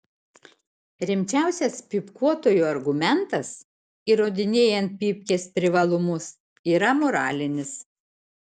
rimčiausias pypkiuotojų argumentas įrodinėjant pypkės privalumus yra moralinis